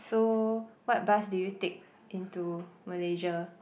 so what bus did you take into Malaysia